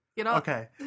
Okay